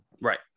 Right